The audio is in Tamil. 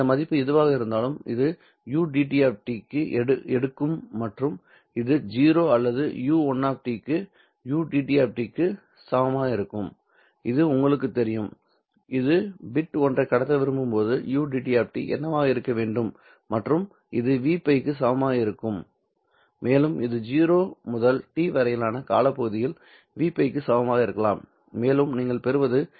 அந்த மதிப்பு எதுவாக இருந்தாலும் அது ud எடுக்கும் மற்றும் இது 0 அல்லது u1 க்கு ud க்கு சமமாக இருக்கும் இது உங்களுக்குத் தெரியும் இது பிட் ஒன்றை கடத்த விரும்பும் போது ud என்னவாக இருக்க வேண்டும் மற்றும் இது Vπ க்கு சமமாக இருக்கும் மேலும் இது 0 முதல் t வரையிலான காலப்பகுதியில் Vπ க்கு சமமாக இருக்கலாம் மேலும் நீங்கள் பெறுவது s0 மற்றும் s1